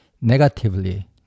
negatively